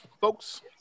folks